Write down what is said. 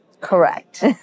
Correct